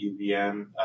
UVM